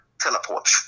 teleport